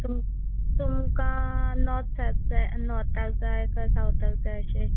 तुम तुमकां नॉर्त साय पे नॉर्ताक जाय काय सावताक जाय अशें